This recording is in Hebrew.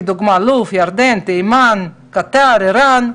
כדוגמת לוב, ירדן, תימן, קטר, איראן,